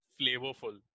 flavorful